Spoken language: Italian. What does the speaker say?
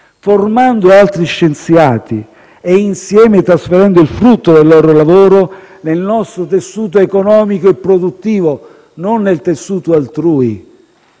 formando altri scienziati e insieme trasferendo il frutto del loro lavoro nel nostro tessuto economico e produttivo, non nel tessuto altrui.